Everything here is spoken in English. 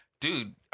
Dude